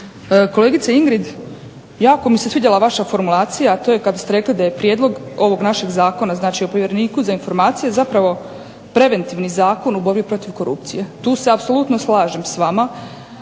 Kolegice Ingrid jako mi se svidjela vaša formulacija, a to je kad ste rekli da je prijedlog ovog našeg zakona, znači o povjereniku za informacije zapravo preventivni zakon u borbi protiv korupcije. Tu se apsolutno slažem s vama.